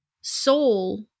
soul